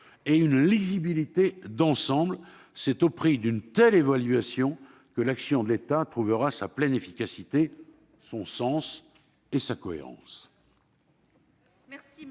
et une lisibilité d'ensemble. D'accord ! C'est au prix d'une telle évaluation que l'action de l'État trouvera sa pleine efficacité, son sens et sa cohérence.